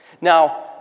Now